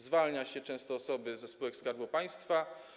Zwalnia się często osoby ze spółek Skarbu Państwa.